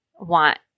want